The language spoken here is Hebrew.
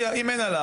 הלאה.